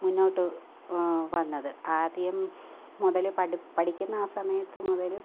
മുന്നോട്ടു വന്നത് ആദ്യം മുതൽ പഠിക്കു പഠിക്കുന്ന ആ സമയത്ത് മുതൽ